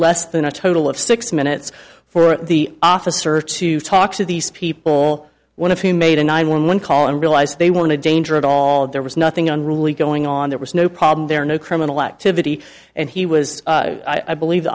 less than a total of six minutes for the officer to talk to these people one of whom made a nine one one call and realized they want to danger at all there was nothing on really going on there was no problem there no criminal activity and he was i believe